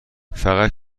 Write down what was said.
فقط